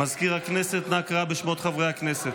מזכיר הכנסת, נא קרא בשמות חברי הכנסת.